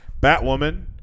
Batwoman